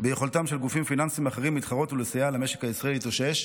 ביכולתם של גופים פיננסיים אחרים להתחרות ולסייע למשק הישראלי להתאושש.